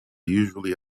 usually